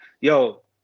Yo